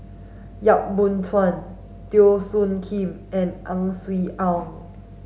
Yap Boon Chuan Teo Soon Kim and Ang Swee Aun